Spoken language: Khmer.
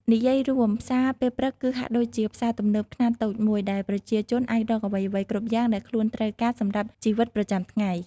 និយាយរួម ផ្សារពេលព្រឹកគឺហាក់ដូចជាផ្សារទំនើបខ្នាតតូចមួយ ដែលប្រជាជនអាចរកអ្វីៗគ្រប់យ៉ាងដែលខ្លួនត្រូវការសម្រាប់ជីវិតប្រចាំថ្ងៃ។